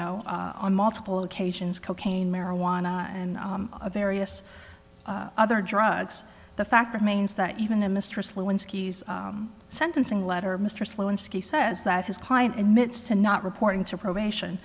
know on multiple occasions cocaine marijuana and various other drugs the fact remains that even a mistress lewinsky's sentencing letter mistress lewinsky says that his client emits to not reporting to probation